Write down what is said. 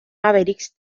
mavericks